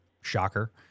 shocker